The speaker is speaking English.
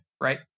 Right